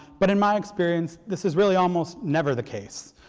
but in my experience, this is really almost never the case.